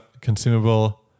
consumable